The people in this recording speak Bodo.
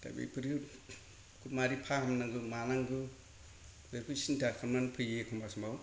दा बेफोरखौ मारै फाहामनांगौ मानांगौ बेखौ सिन्था खालामनानै फैयो एखनब्ला समाव